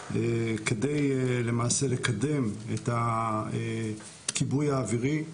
כדי למעשה לקדם את הכיבוי האווירי,